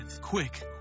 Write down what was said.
Quick